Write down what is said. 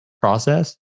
process